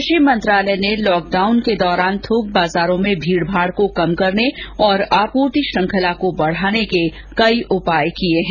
कृषि मंत्रालय ने लॉकडाउन के दौरान थोक बाजारों में भीड़ भाड़ को कम करने और आपूर्ति श्रृंखला को बढ़ाने के लिए कई उपाय किये हैं